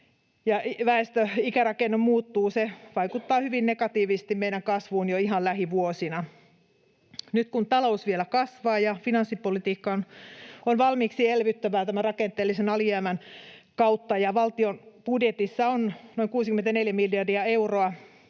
väestön ikärakenne muuttuu, se vaikuttaa hyvin negatiivisesti meidän kasvuun jo ihan lähivuosina. Nyt kun talous vielä kasvaa ja finanssipolitiikka on valmiiksi elvyttävää tämän rakenteellisen alijäämän kautta ja valtion budjetissa on noin 64 miljardia euroa,